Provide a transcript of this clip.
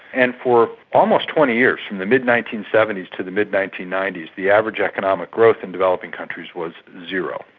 and for almost twenty years, from the mid nineteen seventy s to the mid nineteen ninety s, the average economic growth in developing countries was zero.